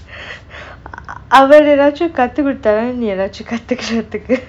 அவர் ஏதாச்சு கற்றுக்கொடுத்தாரா நீ ஏதாவது கற்றுக்க:avar ethachu kattru koduthara ni ethavathu kattruka